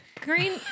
green